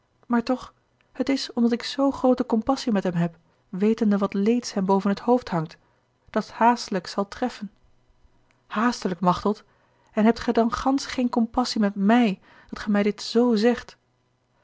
maar toch het is omdat ik zoo groote compassie met hem heb wetende wat leeds hem boven t hoofd hangt dat haastelijk zal treffen haastelijk machteld en hebt gij dan gansch geene compassie met mij dat gij mij dit z zegt